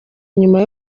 nyuma